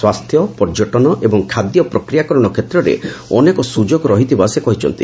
ସ୍ୱାସ୍ଥ୍ୟ ପର୍ଯ୍ୟଟନ ଏବଂ ଖାଦ୍ୟ ପ୍ରକ୍ରିୟାକରଣ କ୍ଷେତ୍ରରେ ଅନେକ ସୁଯୋଗ ରହିଥିବା ସେ କହିଛନ୍ତି